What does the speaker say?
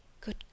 Good